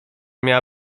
miała